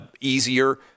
easier